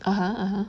(uh huh) (uh huh)